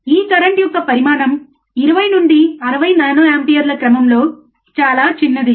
ఈ కరెంట్ యొక్క పరిమాణం 20 నుండి 60 నానో ఆంపియర్ల క్రమంలో చాలా చిన్నది